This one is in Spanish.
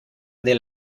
del